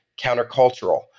countercultural